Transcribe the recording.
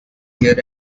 here